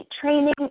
training